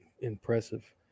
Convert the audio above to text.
impressive